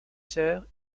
sœurs